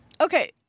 okay